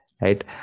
right